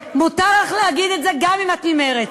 מותר לך להגיד את זה גם אם את ממרצ.